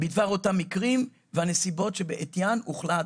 בדבר אותם מקרים והנסיבות שבעטיין הוחלט